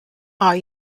are